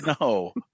No